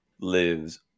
lives